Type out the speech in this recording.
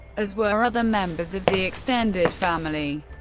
as were other members of the extended family.